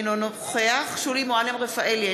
אינו נוכח שולי מועלם-רפאלי,